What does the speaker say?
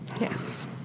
Yes